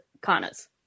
Kanas